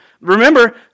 Remember